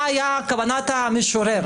מה הייתה כוונת המשורר,